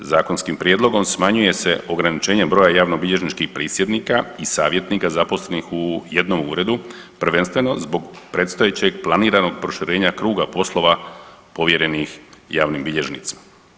Zakonskim prijedlogom smanjuje se ograničenje broja javnobilježničkih prisjednika i savjetnika zaposlenih u jednom uredu prvenstveno zbog predstojećeg planiranog proširenja kruga poslova povjerenih javnim bilježnicima.